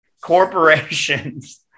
corporations